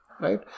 right